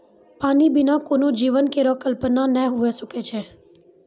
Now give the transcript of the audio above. पानी बिना कोनो जीवन केरो कल्पना नै हुए सकै छै?